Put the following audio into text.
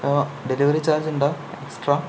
അപ്പോൾ delivery charge ഉണ്ടോ extra